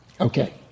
Okay